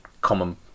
common